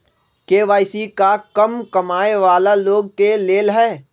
KYC का कम कमाये वाला लोग के लेल है?